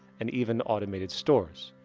and even automated stores.